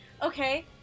okay